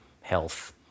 health